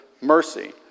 mercy